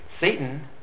Satan